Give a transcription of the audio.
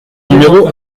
numéro